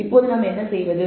இப்போது நாம் என்ன செய்வது